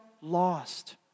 lost